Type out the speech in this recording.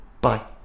Bye